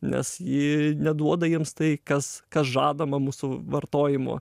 nes ji neduoda jiems tai kas kas žadama mūsų vartojimo